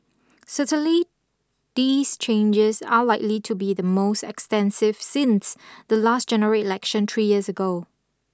certainly these changes are likely to be the most extensive since the last General Election three years ago